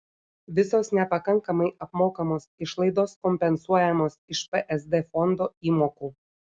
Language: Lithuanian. visos nepakankamai apmokamos išlaidos kompensuojamos iš psd fondo įmokų